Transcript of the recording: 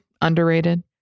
underrated